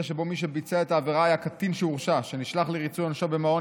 שבו מי שביצע את העבירה היה קטין שהורשע ונשלח לריצוי עונשו במעון,